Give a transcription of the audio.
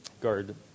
guard